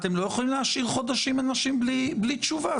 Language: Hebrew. אתם לא יכולים להשאיר חודשים אנשים בלי תשובה.